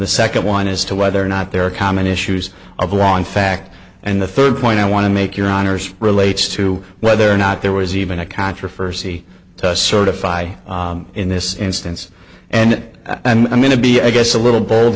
the second one as to whether or not there are common issues of long fact and the third point i want to make your honour's relates to whether or not there was even a controversy to certify in this instance and it i'm going to be i guess a little b